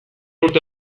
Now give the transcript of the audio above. urte